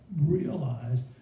realized